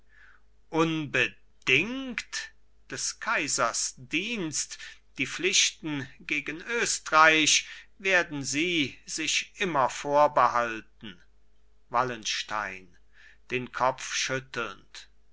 unbedingt des kaisers dienst die pflichten gegen östreich werden sie sich immer vorbehalten wallenstein den kopf schüttelnd